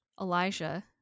Elijah